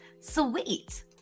Sweet